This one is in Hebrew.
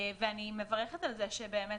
ואני מברכת על זה שבאמת